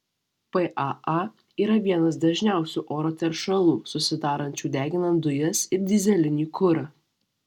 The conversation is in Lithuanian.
paa yra vienas dažniausių oro teršalų susidarančių deginant dujas ir dyzelinį kurą